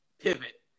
pivot